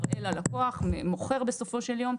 מראה ללקוח, מוכר בסופו של יום.